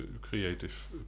creative